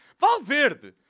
Valverde